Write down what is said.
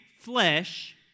flesh